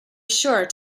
sure